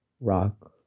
Rock